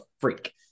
freak